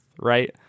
Right